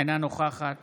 אינה נוכחת